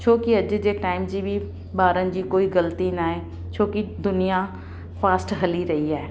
छो की अॼु जे टाइम जी बि ॿारनि जी कोई ग़लती न आहे छो की दुनिया फास्ट हली रही आहे